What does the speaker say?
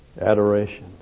adoration